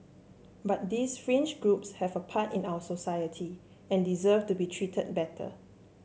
but these fringe groups have a part in our society and deserve to be treated better